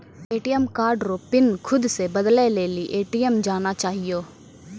ATM card रो pin खुद से बदलै लेली ए.टी.एम जाना चाहियो